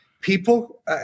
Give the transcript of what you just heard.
people